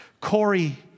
Corey